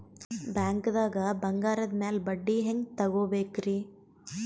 ಬ್ಯಾಂಕ್ದಾಗ ಬಂಗಾರದ್ ಮ್ಯಾಲ್ ಬಡ್ಡಿ ಹೆಂಗ್ ತಗೋಬೇಕ್ರಿ?